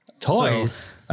Toys